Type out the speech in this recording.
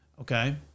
Okay